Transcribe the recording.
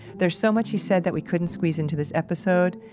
there's so much he said that we couldn't squeeze into this episode,